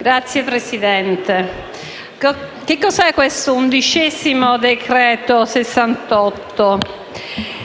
Signora Presidente, che cosa è questo undicesimo decreto-legge n. 98?